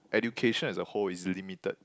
education as a whole is limited